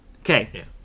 Okay